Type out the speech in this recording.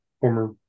former